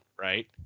right